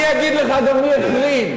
תגיד לי "אתה", מה "כבודו"?